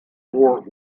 four